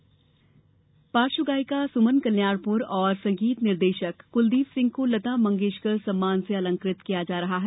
अलंकरण समारोह पार्ष्व गायिका सुमन कल्याणपुर और संगीत निर्देषक कुलदीप सिंह को लता मंगेषकर सम्मान से अलंकृत किया जा रहा है